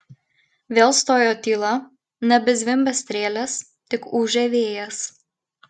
vėl stojo tyla nebezvimbė strėlės tik ūžė vėjas